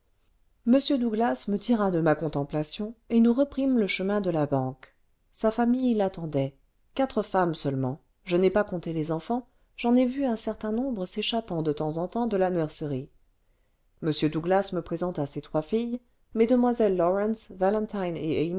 m douglas me tira de ma contemplation et nous reprîmes le chemin de la banque sa famille l'attendait quatre femmes seulement je n'ai pas compté les enfants j'en ai vu un certain nombre s'échappant de temps en temps de la nursery m douglas me présenta ses trois filles mlies lawrence